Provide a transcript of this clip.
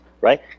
right